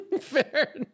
Fair